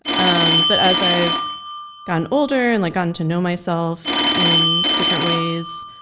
um but as i've gotten older and like gotten to know myself in different ways,